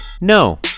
No